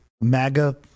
MAGA